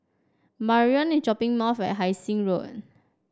Marion is dropping at Hai Sing Road